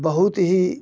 बहुत ही